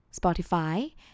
Spotify